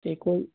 ਇਹ ਕੋਈ